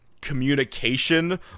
communication